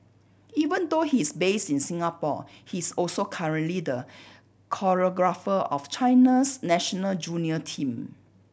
even though he's based in Singapore he's also currently the choreographer of China's national junior team